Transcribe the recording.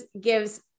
gives